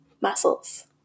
muscles